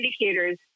indicators